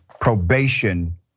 probation